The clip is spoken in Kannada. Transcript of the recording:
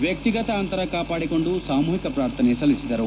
ವ್ಯಕ್ತಿಗತ ಅಂತರ ಕಾಪಾಡಿಕೊಂಡು ಸಾಮೂಹಿಕ ಪ್ರಾರ್ಥನೆ ಸಲ್ಲಿಸಿದರು